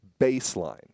baseline